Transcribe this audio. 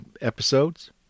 episodes